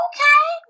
Okay